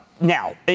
Now